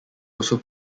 also